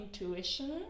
intuition